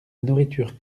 nourriture